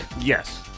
Yes